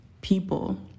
people